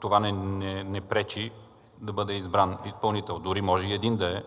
това не пречи да бъде избран изпълнител. Дори може и един да е,